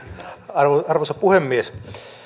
arvoisa arvoisa puhemies